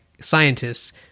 scientists